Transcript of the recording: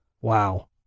Wow